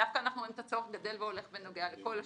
דווקא אנחנו רואים את הצורך גדל והולך בנוגע לכל השוק.